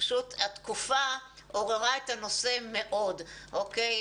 פשוט התקופה עוררה את הנושא מאוד, אוקיי?